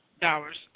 dollars